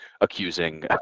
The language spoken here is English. accusing